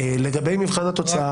לגבי מבחן התוצאה.